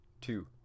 two